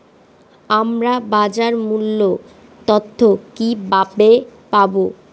আমরা বাজার মূল্য তথ্য কিবাবে পাবো?